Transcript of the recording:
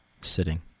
sitting